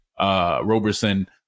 Roberson